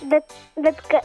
bet bet ka